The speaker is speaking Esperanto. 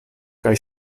kaj